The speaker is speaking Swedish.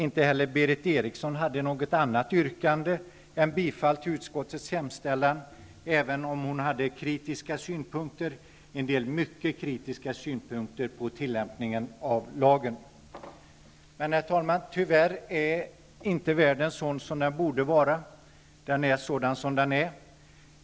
Inte heller Berith Eriksson hade något annat yrkande än bifall till utskottets hemställan, även om hon framförde kritiska synpunkter, en del mycket kritiska, på tillämpningen av lagen. Herr talman! Tyvärr är inte världen sådan den borde vara. Den är sådan den är.